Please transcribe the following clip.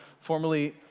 formerly